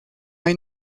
hay